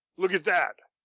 look at that!